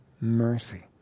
mercy